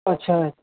अच्छा